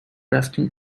rafting